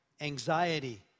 anxiety